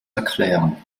erklären